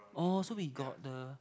oh so we got the